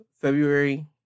February